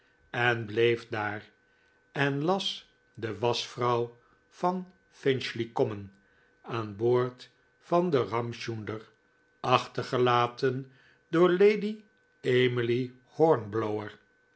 en bleef daar en las de waschvrouw van finchley common aan boord van den ramchunder achtergelaten door lady emily